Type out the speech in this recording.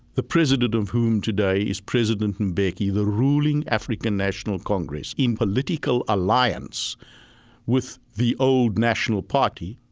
the president of whom today is president mbeki, the ruling african national congress in political alliance with the old national party,